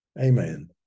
Amen